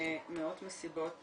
מאות מסיבות